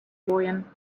воєн